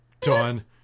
Done